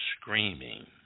screaming